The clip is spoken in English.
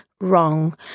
wrong